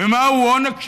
ומהו עונג שבת?